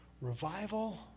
revival